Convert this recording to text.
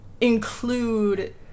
include